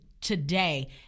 today